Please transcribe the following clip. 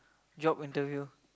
job interview